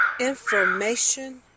information